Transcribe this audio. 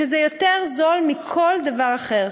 שזה יותר זול מכל דבר אחר.